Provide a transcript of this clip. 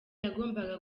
yagombaga